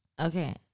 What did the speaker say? okay